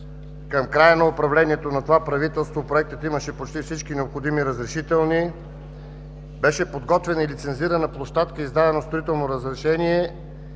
Към края на управлението на това правителство проектът имаше почти всички необходими разрешителни. Беше подготвена и лицензирана площадка, издадено строително разрешение.